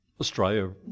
Australia